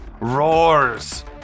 roars